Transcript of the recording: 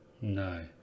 No